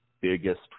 biggest